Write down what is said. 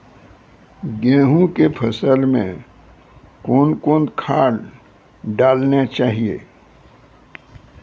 गेहूँ के फसल मे कौन कौन खाद डालने चाहिए?